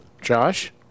Josh